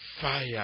fire